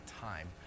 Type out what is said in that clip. time